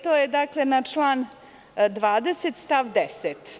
To je amandman na član 20. stav 10.